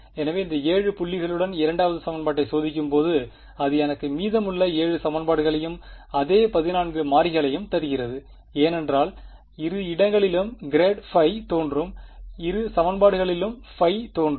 எனவே இந்த 7 புள்ளிகளுடன் 2 வது சமன்பாட்டை சோதிக்கும்போது அது எனக்குத் மீதமுள்ள 7 சமன்பாடுகளையும் அதே 14 மாறிகளையும் தருகிறது ஏனென்றால் இரு இடங்களிலும் கிராட் பை தோன்றும் இரு சமன்பாடுகளிலும் பை தோன்றும்